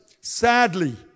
Sadly